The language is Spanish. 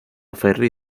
ferry